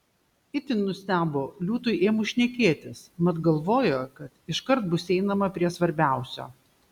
itin nustebo liūtui ėmus šnekėtis mat galvojo kad iškart bus einama prie svarbiausio